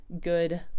good